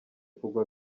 kugwa